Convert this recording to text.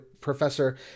Professor